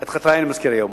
"את חטאי אני מזכיר היום".